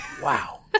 Wow